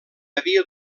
havia